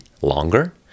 longer